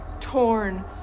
torn